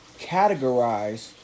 categorize